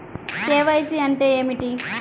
KYC అంటే ఏమిటి?